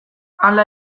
hala